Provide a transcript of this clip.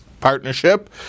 partnership